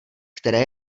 které